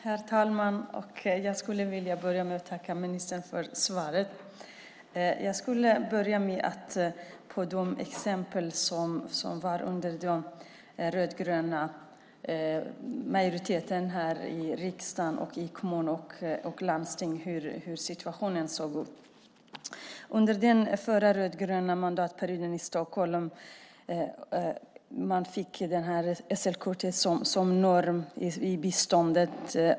Herr talman! Jag tackar ministern för svaret. Jag skulle vilja börja med att ta upp ett par exempel från när vi hade rödgrön majoritet här i riksdagen på hur situationen såg ut i kommuner och landsting. Under den förra rödgröna mandatperioden i Stockholm fick man ett SL-kort som norm i biståndet.